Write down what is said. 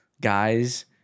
guys